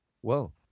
Whoa